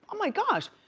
um my gosh!